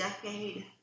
decade